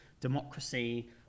democracy